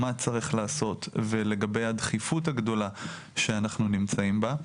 מה צריך לעשות ולגבי הדחיפות הגדולה שאנחנו נמצאים בה.